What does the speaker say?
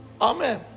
Amen